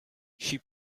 she